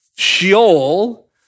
Sheol